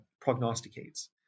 prognosticates